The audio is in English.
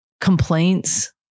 complaints